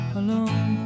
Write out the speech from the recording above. alone